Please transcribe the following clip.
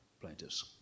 plaintiffs